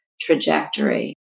trajectory